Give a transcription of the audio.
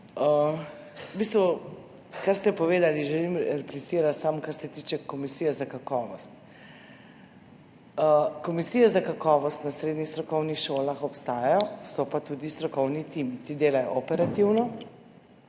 kar ste povedali, želim replicirati samo na to, kar se tiče komisije za kakovost. Komisije za kakovost na srednjih strokovnih šolah obstajajo, so pa tudi strokovni timi. Ti delajo operativno,